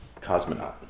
Cosmonaut